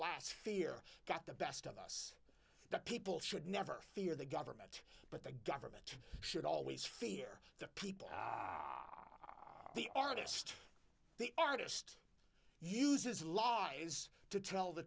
alas fear got the best of us that people should never fear the government but the government should always fear the people the artist the artist uses lives to tell the